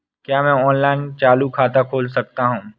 क्या मैं ऑनलाइन चालू खाता खोल सकता हूँ?